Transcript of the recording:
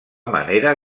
manera